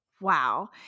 wow